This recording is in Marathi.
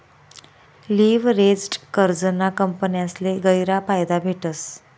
लिव्हरेज्ड कर्जना कंपन्यासले गयरा फायदा भेटस